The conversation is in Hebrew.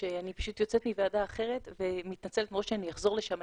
אני פשוט יוצאת מוועדה אחרת ומתנצלת מראש שאני אחזור לשם.